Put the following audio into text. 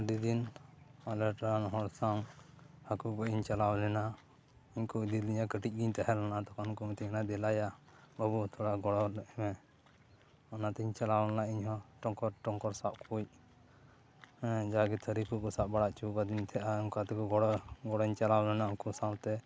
ᱟᱹᱰᱤ ᱫᱤᱱ ᱟᱞᱮ ᱴᱚᱞᱟ ᱨᱮᱱ ᱦᱚᱲ ᱥᱟᱶ ᱦᱟᱹᱠᱩ ᱜᱚᱡ ᱤᱧ ᱪᱟᱞᱟᱣ ᱞᱮᱱᱟ ᱩᱱᱠᱚ ᱤᱫᱤ ᱞᱤᱫᱤᱧᱟ ᱠᱟᱹᱴᱤᱡ ᱜᱮᱧ ᱛᱟᱦᱮᱸ ᱞᱮᱱᱟ ᱛᱚᱠᱷᱚᱱ ᱠᱚ ᱢᱤᱛᱟᱹᱧ ᱠᱟᱱᱟ ᱫᱮᱞᱟᱭᱟ ᱵᱟᱹᱵᱩ ᱛᱷᱚᱲᱟ ᱜᱚᱲᱚ ᱟᱞᱮ ᱢᱮ ᱚᱱᱟ ᱛᱮᱧ ᱪᱟᱞᱟᱣ ᱞᱮᱱᱟ ᱤᱧ ᱦᱚᱸ ᱴᱚᱝᱠᱚᱴ ᱴᱯᱝᱠᱚᱨ ᱥᱟᱵ ᱠᱩᱡ ᱡᱟᱜᱮ ᱛᱷᱟᱨᱤ ᱠᱚ ᱠᱚ ᱥᱟᱵ ᱵᱟᱲᱟ ᱚᱪᱚ ᱟᱠᱟᱫᱤ ᱛᱟᱦᱮᱜᱼᱟ ᱚᱚᱱᱠᱟ ᱛᱮᱠᱚ ᱜᱚᱲ ᱜᱚᱲᱚᱹᱧ ᱪᱟᱞᱟᱣ ᱞᱮᱱᱟ ᱩᱱᱠᱩ ᱥᱟᱶᱛᱮ